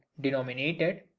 denominated